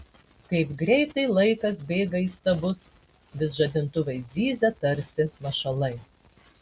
kaip greitai laikas bėga įstabus vis žadintuvai zyzia tarsi mašalai